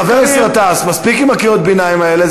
חבר הכנסת גטאס, מספיק עם קריאות הביניים האלה.